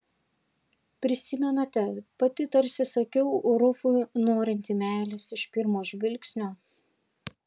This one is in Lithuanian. prisimenate pati tarsi sakiau rufui norinti meilės iš pirmo žvilgsnio